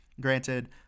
granted